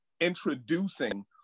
introducing